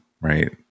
right